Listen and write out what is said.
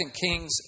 Kings